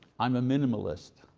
i'm a minimalist.